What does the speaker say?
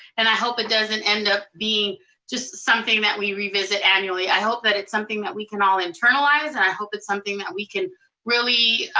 and i hope it doesn't end up being just something that we revisit annually. i hope that it's something that we can all internalize, and i hope it's something that we can really,